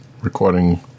recording